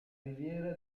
riviera